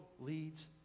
leads